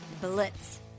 blitz